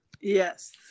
Yes